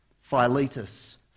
Philetus